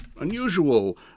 unusual